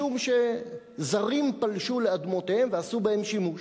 משום שזרים פלשו לאדמותיהם ועשו בהן שימוש.